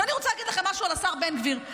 אני רוצה להגיד לכם משהו על השר בן גביר.